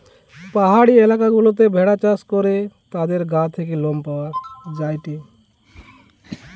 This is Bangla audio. পাহাড়ি এলাকা গুলাতে ভেড়া চাষ করে তাদের গা থেকে লোম পাওয়া যায়টে